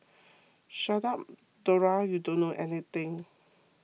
shut up Dora you don't know anything